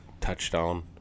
touchdown